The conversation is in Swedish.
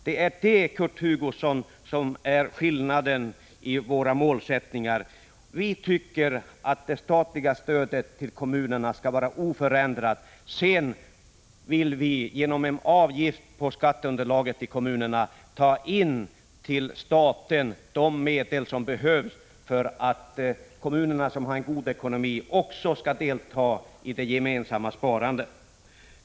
Detta, Kurt Hugosson, är skillnaden mellan våra målsättningar. Vi tycker att det statliga stödet till kommunerna skall vara oförändrat. Vi vill i stället genom en avgift på skatteunderlaget i kommunerna dra in till staten de medel som behövs. Kommunerna, som har en god ekonomi, skall också delta i det gemensamma sparandet.